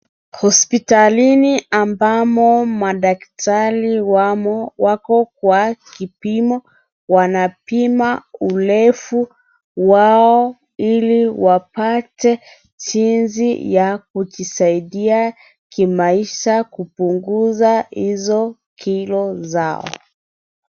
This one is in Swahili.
Hosiptalini ambamo madaktati wamo kwa kipimo wanapima urefu wao ili wapate jinsi ya kujisaidia kimaisha kupunguza hizo kili zao.